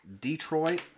Detroit